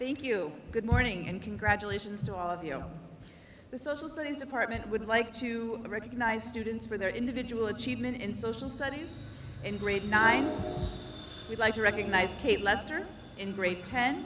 thank you good morning and congratulations to all of you know the social studies department would like to recognize students for their individual achievement in social studies and grade nine we like to recognize cate lester in grade ten